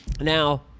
now